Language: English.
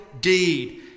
deed